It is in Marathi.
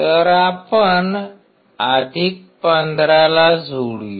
तर आपण 15 ला जोडूया